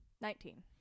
Nineteen